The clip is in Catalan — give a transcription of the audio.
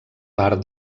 part